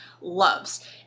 loves